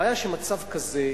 הבעיה היא שמצב כזה